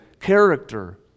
character